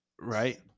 right